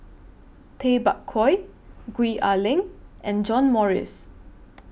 Tay Bak Koi Gwee Ah Leng and John Morrice